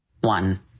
One